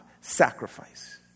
Sacrifice